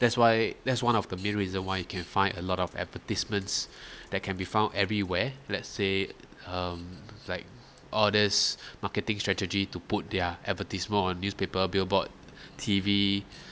that's why that's one of the main reason why you can find a lot of advertisements that can be found everywhere let's say um like orders marketing strategy to put their advertisement on newspaper billboard T_V